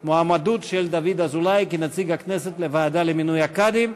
המועמדות של דוד אזולאי לנציג הכנסת לוועדה למינוי קאדים.